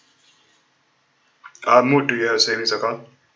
uh do you have savings account